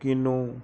ਕਿੰਨੂ